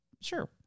Sure